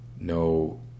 no